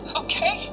okay